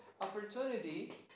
opportunity